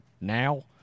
now